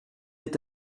est